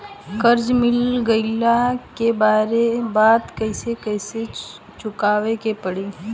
कर्जा मिल गईला के बाद कैसे कैसे चुकावे के पड़ी?